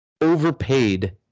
overpaid